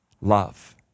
love